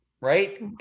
right